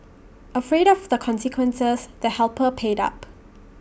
afraid of the consequences the helper paid up